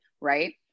right